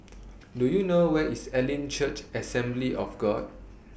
Do YOU know Where IS Elim Church Assembly of God